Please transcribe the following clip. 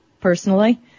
personally